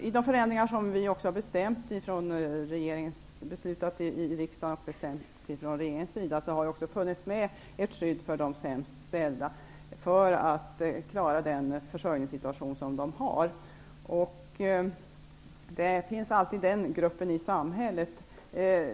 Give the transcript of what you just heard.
I de förändringar som regeringen har föreslagit och som riksdagen bestämt har det funnits med ett skydd för de sämst ställda för att de skall klara den försörjningssituation som de har. Det finns alltid en sådan grupp i samhället.